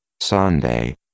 Sunday